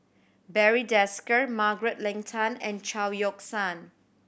Barry Desker Margaret Leng Tan and Chao Yoke San